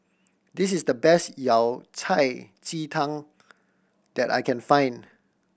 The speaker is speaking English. this is the best Yao Cai ji tang that I can find